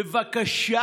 בבקשה.